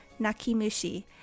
Nakimushi